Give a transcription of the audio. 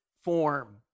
form